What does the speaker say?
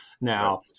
Now